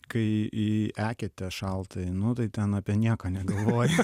kai į eketę šaltą einu tai ten ten apie nieką negalvoju